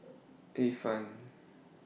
Ifan